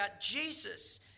Jesus